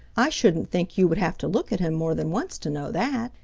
i shouldn't think you would have to look at him more than once to know that.